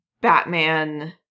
Batman